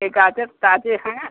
ये गाजर ताज़े हैं